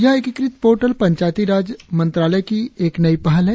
यह एकीकृत पोर्टल पंचायती राज मंत्रालय की एक नई पहल है